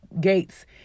Gates